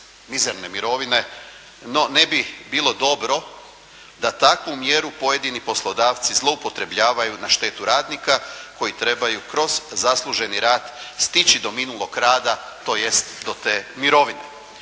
mizerne mirovine. No, ne bi bilo dobro da takvu mjeru pojedini poslodavci zloupotrebljavaju na štetu radnika, koji trebaju kroz zasluženi rad stići do minulog rada, tj. do te mirovine.